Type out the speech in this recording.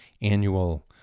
annual